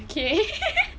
okay